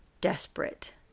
desperate